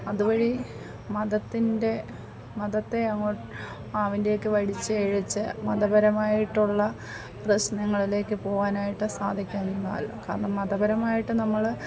അത് വഴി മതത്തിൻ്റെ മതത്തെ അങ്ങോ അവനിലേക്ക് വലിച്ചിഴച്ച് മതപരമായിട്ടുള്ള പ്രശ്നങ്ങളിലേക്ക് പോവാനായിട്ട് സാധിക്കുന്നില്ല കാരണം മതപരമായിട്ട് നമ്മൾ